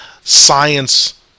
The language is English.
science